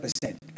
percent